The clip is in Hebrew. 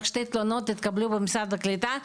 רק שתי תלונות התקבלו במשרד הקליטה?